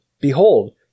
Behold